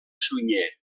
sunyer